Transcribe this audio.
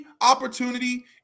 opportunity